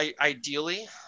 ideally